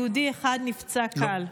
יהודי אחד נפצע קל.